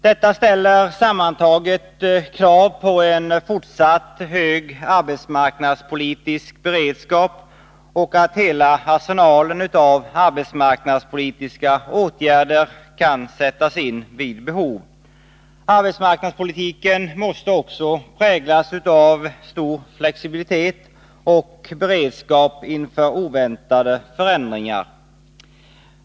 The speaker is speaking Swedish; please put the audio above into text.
Detta ställer sammantaget krav på en fortsatt hög arbetsmarknadspolitisk beredskap, så att hela arsenalen av arbetsmarknadspolitiska åtgärder kan sättas in vid behov. Arbetsmarknadspolitiken måste också präglas av stor flexibilitet och beredskap inför oväntade förändringar.